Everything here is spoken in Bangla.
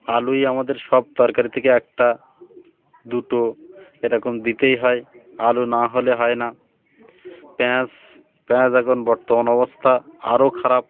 আলুই আমাদের সব তরকারি থেকে একটা দুটো এরকম দিতেই হয় আলু না হলে হয় না পেঁয়াজ পেঁয়াজ এখন বর্তমান অবস্থা আরও খারাপ